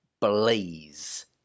blaze